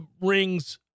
rings